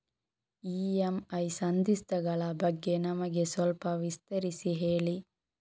EMI ಸಂಧಿಸ್ತ ಗಳ ಬಗ್ಗೆ ನಮಗೆ ಸ್ವಲ್ಪ ವಿಸ್ತರಿಸಿ ಹೇಳಿ